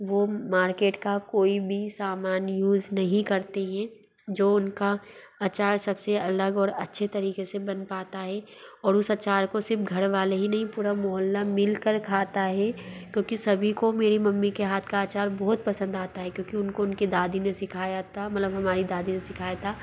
वो मार्केट का कोई भी सामान यूज़ नहीं करती हैं जो उनका अचार सब से अलग और अच्छे तरीक़े से बन पाता हे और उस अचार को सिर्फ़ घरवाले ही नहीं पूरा मोहल्ला मिल कर खाता हे क्योंकि सभी को मेरी मम्मी के हाथ का अचार बहुत पसंद आता हे क्योंकि उनको उनकी दादी ने सिखाया था मतलब हमारी दादी ने सिखाया था